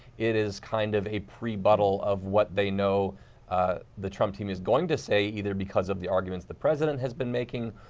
it is kind of a rebuttal of what they know the trump team is going to say, either because of the arguments president has been making,